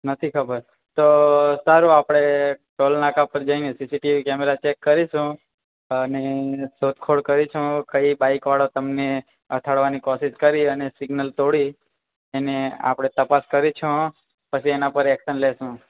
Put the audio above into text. નથી ખબર તો સારુંં આપણે ટોલનાકા પર જઈને સીસીટીવી કેમેરા ચેક કરીશું અને શોધખોળ કરીશું કઈ બાઈકવાળો તમને અથડાવાની કોશિશ કરી અને સિગ્નલ તોડી એની આપણે તપાસ કરીશું પછી એના પર એક્શન લઈશું